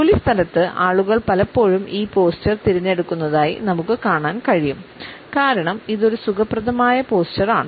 ജോലിസ്ഥലത്ത് ആളുകൾ പലപ്പോഴും ഈ പോസ്റ്റർ തിരഞ്ഞെടുക്കുന്നതായി നമുക്ക് കാണാൻ കഴിയും കാരണം ഇത് ഒരു സുഖപ്രദമായ പോസ്റ്ററാണ്